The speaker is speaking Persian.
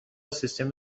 سیستم